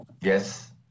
Yes